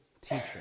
teacher